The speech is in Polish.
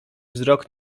wzrok